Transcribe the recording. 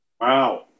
Wow